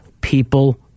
people